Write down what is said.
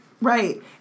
Right